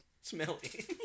Smelly